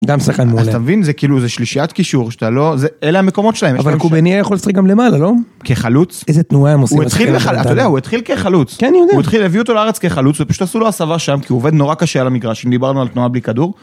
גם סחקן מעולה, אז אתה מבין זה כאילו זה שלישיית קישור, שאתה לא, אלה המקומות שלהם, אבל קוביני היה יכול לשחק גם למעלה, לא? כחלוץ, איזה תנועה הם עושים, הוא התחיל, אתה יודע, הוא התחיל כחלוץ, כן, אני יודע, הוא התחיל, הביאו אותו לארץ כחלוץ ופשוט עשו לו הסבה שם, כי הוא עובד נורא קשה על המגרש, אם דיברנו על תנועה בלי כדור.